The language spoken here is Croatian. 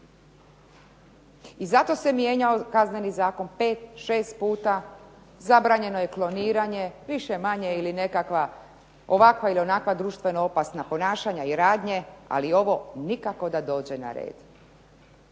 I zato se mijenjao Kazneni zakon 5, 6 puta, zabranjeno je kloniranje, ili više-manje nekakva ovakva ili onakva društveno opasna ponašanja i radnje, ali ovo nikako da dođe na red.